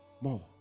More